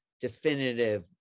definitive